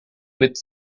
with